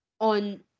on